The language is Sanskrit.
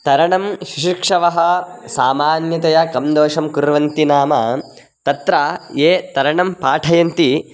तरणं शिक्षकाः सामान्यतया कं दोषं कुर्वन्ति नाम तत्र ये तरणं पाठयन्ति